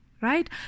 right